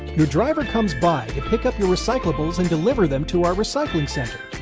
your driver comes by to pick up your recyclables and deliver them to our recycling center.